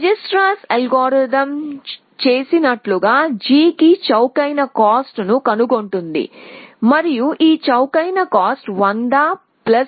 Dijkstra's algorithm చేసినట్లుగా Gకి చౌకైన కాస్ట్ ను కనుగొంటుంది మరియు ఈ చౌకైన కాస్ట్ 10040140